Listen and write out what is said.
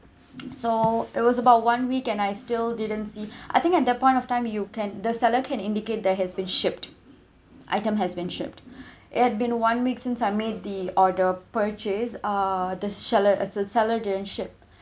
so it was about one week and I still didn't see I think at that point of time you can the seller can indicate they has been shipped item has been shipped it had been one week since I made the order purchase uh the seller uh the seller didn't ship